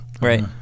Right